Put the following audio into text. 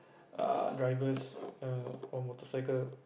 err driver's err or motorcycle